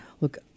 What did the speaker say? Look